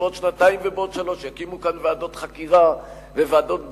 שבעוד שנתיים ובעוד שלוש שנים יקימו כאן ועדות חקירה וועדות בדיקה,